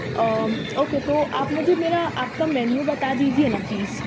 okay تو آپ مجھے میرا آپ کا مینیو بتا دیجیے نا پلیز